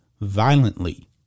violently